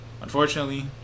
Unfortunately